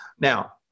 Now